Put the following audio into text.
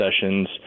sessions